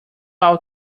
out